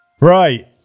Right